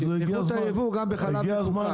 אז תפתחו את הייבוא גם בחלב מפוקח.